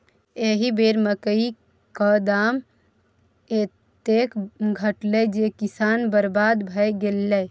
एहि बेर मकई क दाम एतेक घटलै जे किसान बरबाद भए गेलै